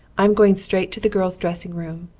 i'm going straight to the girls' dressing room.